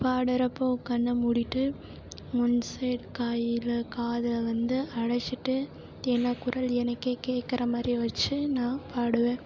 பாடுகிறப்போ கண்ணை மூடிட்டு one side கையில் காதில் வந்து அடைச்சிட்டு ஏன்னா குரல் எனக்கே கேட்கற மாதிரி வச்சி நான் பாடுவேன்